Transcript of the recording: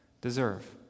deserve